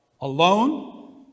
alone